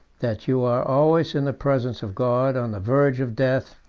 that you are always in the presence of god, on the verge of death,